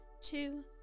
two